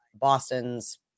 Boston's